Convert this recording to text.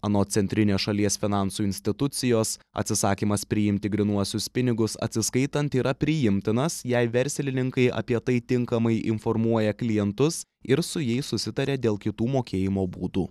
anot centrinio šalies finansų institucijos atsisakymas priimti grynuosius pinigus atsiskaitant yra priimtinas jei verslininkai apie tai tinkamai informuoja klientus ir su jais susitaria dėl kitų mokėjimo būdų